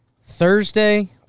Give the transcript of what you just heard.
Thursday